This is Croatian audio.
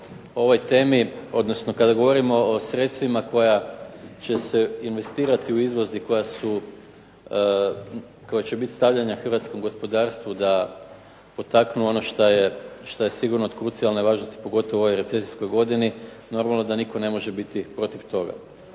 ovoj temi, odnosno kada govorimo o sredstvima koja će se investirati u izvoz i koja će biti stavljena hrvatskom gospodarstvu da potaknu ono što je sigurno od krucijalne važnosti pogotovo u ovoj recesijskoj godini, normalno da nitko ne može biti protiv toga,